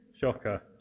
Shocker